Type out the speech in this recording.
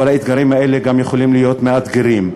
אבל האתגרים האלה גם יכולים להיות מאתגרים.